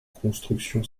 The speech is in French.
construction